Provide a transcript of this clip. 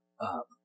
up